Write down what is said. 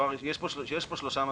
יש פה שלושה מסלולים.